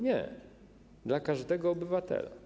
Nie, dla każdego obywatela.